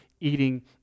eating